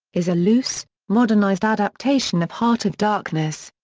is a loose, modernized adaptation of heart of darkness.